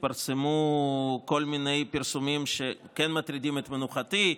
התפרסמו כל מיני פרסומים שכן מטרידים את מנוחתי,